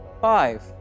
Five